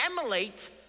emulate